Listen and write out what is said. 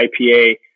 IPA